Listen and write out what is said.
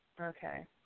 Okay